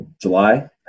July